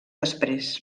després